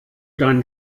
deinen